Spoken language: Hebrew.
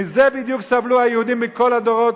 מזה בדיוק סבלו היהודים בכל הדורות,